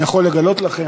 אני יכול לגלות לכם,